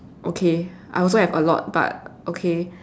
okay I also have a lot but okay